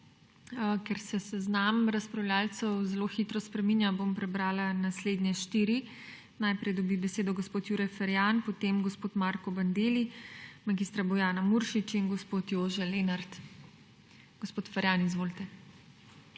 Ker se seznam razpravljavcev zelo hitro spreminja, bom prebrala naslednje štiri. Najprej dobi besedo gospod Jure Ferjan, potem gospod Marko Bandelli, mag. Bojana Muršič in gospod Jože Lenart. Gospod Ferjan, izvolite.